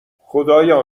خدایا